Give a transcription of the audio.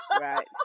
Right